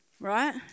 right